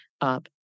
up